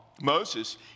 Moses